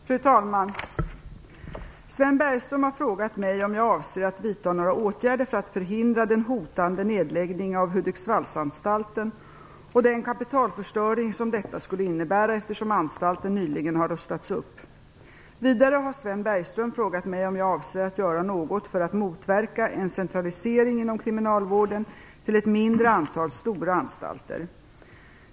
Fru talman! Sven Bergström har frågat mig om jag avser att vidta några åtgärder för att förhindra den hotande nedläggningen av Hudiksvallsanläggningen och den kapitalförstöring som detta skulle innebära, eftersom anstalten nyligen har rustats upp. Vidare har Sven Bergström frågat mig om jag avser att göra något för att motverka en centralisering inom kriminalvården till ett mindre antal stora anstalter.